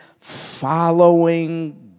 following